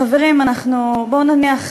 חברים, בואו נניח